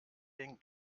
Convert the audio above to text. den